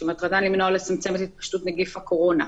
שמטרתן למנוע או לצמצם את התפשטות נגיף הקורונה.